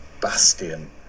bastion